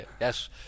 yes